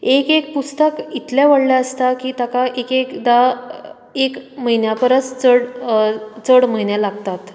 एक एक पुस्तक इतलें व्हडलें आसता की ताका एक एकदा एक म्हयन्या परस चड चड म्हयने लागतात